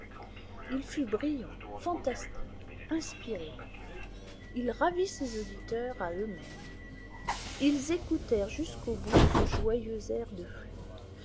il fut brillant fantastique inspiré il ravit ses auditeurs à eux-mêmes ils écoutèrent jusqu'au bout ce joyeux air de flûte